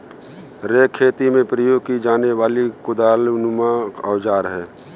rake खेती में प्रयोग की जाने वाली कुदालनुमा औजार है